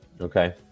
Okay